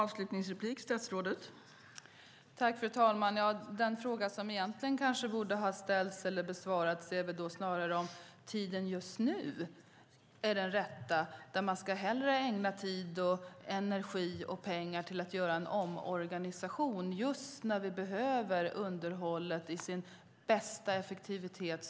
Fru talman! Den fråga som egentligen kanske borde ha ställts eller besvarats är väl snarare om tiden just nu är den rätta. Ska man hellre ägna tid, energi och pengar till att göra en omorganisation just när vi behöver underhållet i dess bästa effektivitet?